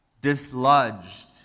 dislodged